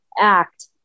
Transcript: act